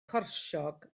corsiog